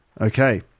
okay